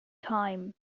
time